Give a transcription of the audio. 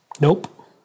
Nope